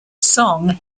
song